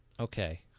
Okay